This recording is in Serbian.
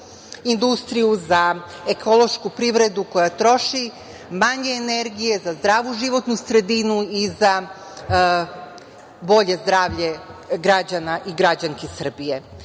industriju, za ekološku privredu koja troši manje energije, za zdravu životnu sredinu i za bolje zdravlje građana i građanki Srbije. Predlog